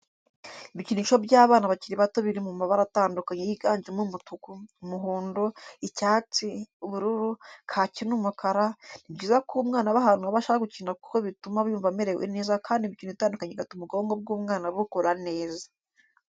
Ibikinisho by'abana bakiri bato biri mu mabara atandukanye yiganjemo umutuku, umuhondo, icyatsi, ubururu, kaki n'umukara, Ni byiza ko umwana aba ahantu abasha gukina kuko bituma yumva amerewe neza kandi imikino itandukanye igatuma ubwonko bw'umwana bukora neza.